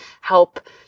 help